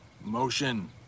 Motion